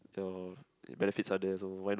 the benefits are there so why not